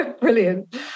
Brilliant